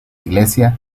iglesia